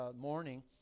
morning